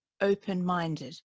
open-minded